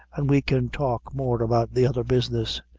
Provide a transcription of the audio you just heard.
and we can talk more about the other business.